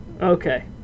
Okay